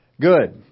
Good